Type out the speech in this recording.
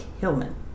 Hillman